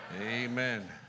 Amen